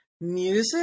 music